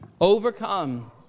Overcome